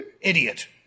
idiot